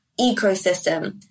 ecosystem